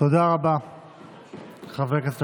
מה שקורה בוועדה המסדרת,